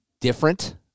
different